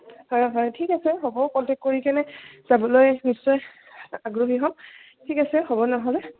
হয় হয় ঠিক আছে হ'ব কণ্টেক কৰি কিনে যাবলৈ নিশ্চয় আগ্ৰহী হ'ম ঠিক আছে হ'ব নহ'লে